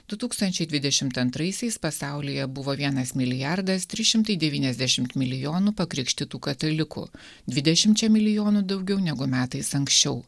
du tūkstančiai dvidešimt antraisiais pasaulyje buvo vienas milijardas trys šimtai devyniasdešimt milijonų pakrikštytų katalikų dvidešimčia milijonų daugiau negu metais anksčiau